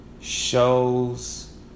shows